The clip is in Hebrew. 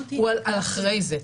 הוויכוח הוא על אחרי זה.